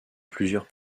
plusieurs